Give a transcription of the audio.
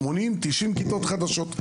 80 90 כיתות חדשות.